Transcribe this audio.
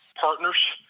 partners